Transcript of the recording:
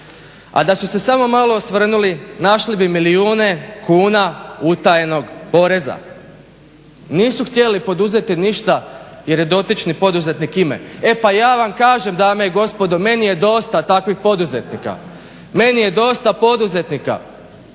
a da su se samo malo osvrnuli našli bi milijune kuna utajenog poreza. Nisu htjeli poduzeti ništa jer je dotični poduzetnik ime. E pa ja vam kažem dame i gospodo, meni je dosta takvih poduzetnika, meni je dosta poduzetnika